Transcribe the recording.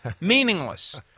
meaningless